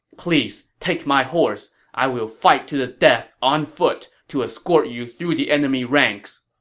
please take my horse. i will fight to the death on foot to escort you through the enemy ranks.